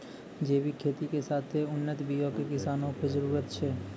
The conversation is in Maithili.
जैविक खेती के साथे उन्नत बीयो के किसानो के जरुरत छै